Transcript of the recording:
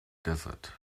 desert